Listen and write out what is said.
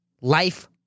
Life